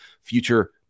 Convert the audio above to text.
future